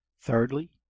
Thirdly